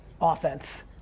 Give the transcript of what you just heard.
offense